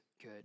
good